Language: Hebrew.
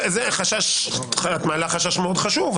את מעלה חשש מאוד חשוב,